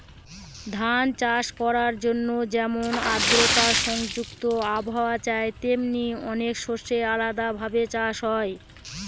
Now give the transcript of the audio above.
ধান চাষ করার জন্যে যেমন আদ্রতা সংযুক্ত আবহাওয়া চাই, তেমনি অনেক শস্যের আলাদা ভাবে চাষ হয়